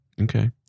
Okay